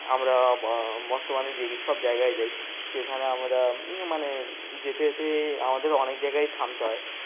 আমরা বর্তমানে যে সব জায়গায় যাই সেখানে আমরা মানে যেতে যেতে আমাদের অনেক জায়গায় থামতে হয়